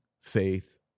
faith